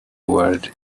world